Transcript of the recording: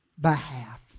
behalf